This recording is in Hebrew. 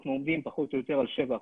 אנחנו עומדים פחות או יותר על 7%,